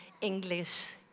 English